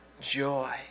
joy